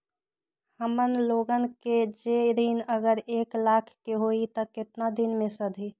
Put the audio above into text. हमन लोगन के जे ऋन अगर एक लाख के होई त केतना दिन मे सधी?